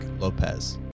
Lopez